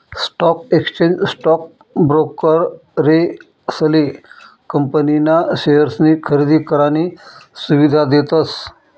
stock exchange stock ब्रोकरेसले company ना शेअर्सनी खरेदी करानी सुविधा देतस